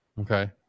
okay